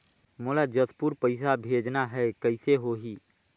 मोला जशपुर पइसा भेजना हैं, कइसे होही?